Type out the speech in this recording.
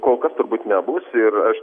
kol kas turbūt nebus ir aš